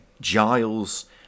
Giles